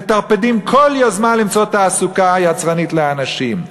מטרפדים כל יוזמה למצוא תעסוקה יצרנית לאנשים.